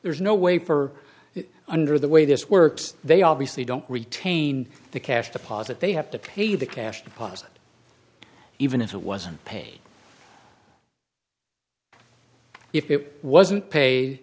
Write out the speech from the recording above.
there's no way for under the way this works they obviously don't retain the cash deposit they have to pay the cash deposit even if it wasn't paid if it wasn't pa